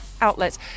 outlets